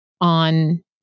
on